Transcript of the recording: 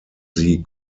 sie